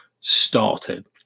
Started